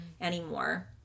anymore